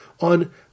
on